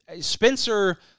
Spencer